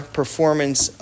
performance